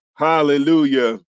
Hallelujah